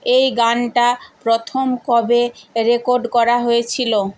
এই গানটা প্রথম কবে রেকর্ড করা হয়েছিল